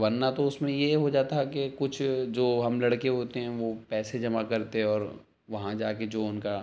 ورنہ تو اس میں یہ ہو جاتا کہ کچھ جو ہم لڑکے ہوتے ہیں وہ پیسے جمع کرتے اور وہاں جا کے جو ان کا